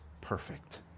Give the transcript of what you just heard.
perfect